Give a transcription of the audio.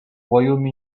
royaume